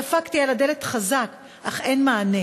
דפקתי על הדלת חזק אך אין מענה,